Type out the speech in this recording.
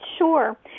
Sure